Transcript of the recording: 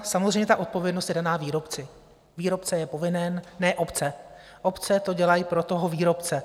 Samozřejmě, odpovědnost je daná výrobci, výrobce je povinen, ne obce, obce to dělají pro toho výrobce.